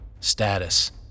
Status